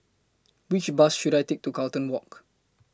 Which Bus should I Take to Carlton Walk